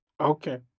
Okay